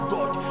God